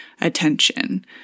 attention